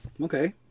Okay